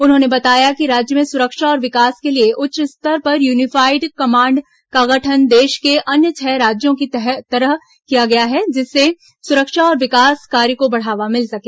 उन्होंने बताया कि राज्य में सुरक्षा और विकास के लिए उच्च स्तर पर यूनिफाइड कमांड का गठन देश के अन्य छह राज्यों की तरह किया गया है जिससे सुरक्षा और विकास कार्य को बढ़ावा मिल सके